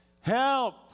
Help